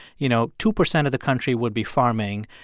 you know, two percent of the country would be farming,